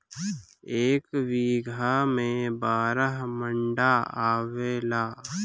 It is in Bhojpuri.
एक बीघा में बारह मंडा आवेला